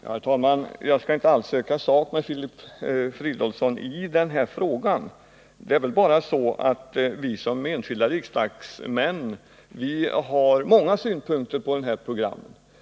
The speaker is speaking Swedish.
Herr talman! Jag skall inte söka sak med Filip Fridolfsson i denna fråga. Som enskilda riksdagsmän kan vi ha många synpunkter på programmen.